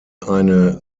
eine